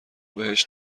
بهش